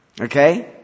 Okay